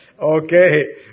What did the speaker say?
Okay